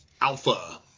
Alpha